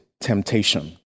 temptation